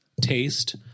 taste